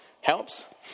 helps